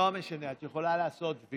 לא משנה, את יכולה לעשות v.